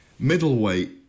middleweight